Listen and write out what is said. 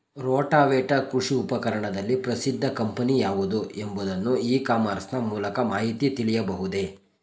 Rotavator ಕೃಷಿ ಉಪಕರಣದಲ್ಲಿ ಪ್ರಸಿದ್ದ ಕಂಪನಿ ಯಾವುದು ಎಂಬುದನ್ನು ಇ ಕಾಮರ್ಸ್ ನ ಮೂಲಕ ಮಾಹಿತಿ ತಿಳಿಯಬಹುದೇ?